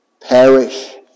perish